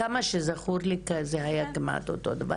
כמה שזכור לי זה היה כמעט אותו הדבר,